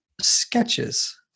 sketches